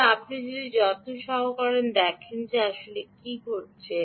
সুতরাং আপনি যদি যত্ন সহকারে দেখেন যে আসলে কী ঘটছে